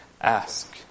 ask